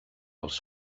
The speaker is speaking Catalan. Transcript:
els